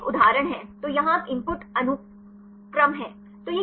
तो यहाँ यह एक उदाहरण है तो यहाँ आप इनपुट अनुक्रम है